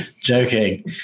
joking